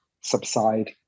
subside